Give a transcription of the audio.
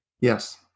Yes